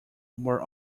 were